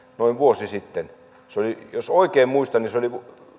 noin vuosi sitten jos oikein muistan niin se oli